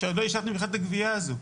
כשעוד לא אישרתם בכלל את הגבייה הזו,